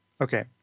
Okay